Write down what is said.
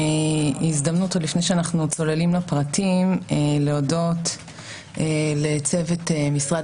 הזדמנות עוד לפני שאנחנו צוללים לפרטים להודות לצוות משרד